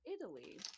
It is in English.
Italy